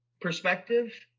perspective